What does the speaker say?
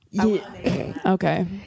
okay